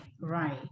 right